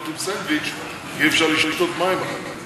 לעלות עם סנדוויץ', אי-אפשר לשתות מים אחר כך.